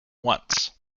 once